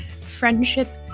friendship